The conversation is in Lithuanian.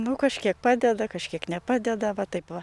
nu kažkiek padeda kažkiek nepadeda va taip va